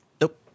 Nope